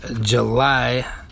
July